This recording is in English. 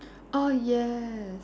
ah yes